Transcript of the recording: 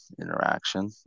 interaction